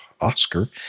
Oscar